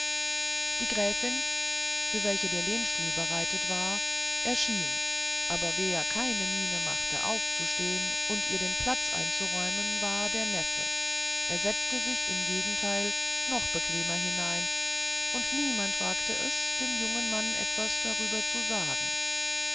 die gräfin für welche der lehnstuhl bereitet war erschien aber wer keine miene machte aufzustehen und ihr den platz einzuräumen war der neffe er setzte sich im gegenteil noch bequemer hinein und niemand wagte es dem jungen mann etwas darüber zu sagen